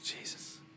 Jesus